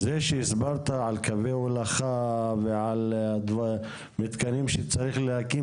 זה שהסברת על קווי הולכה ועל מתקנים שצריך להקים,